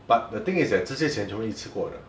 but the thing is that 这些钱全部一次过的